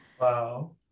wow